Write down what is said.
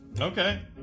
Okay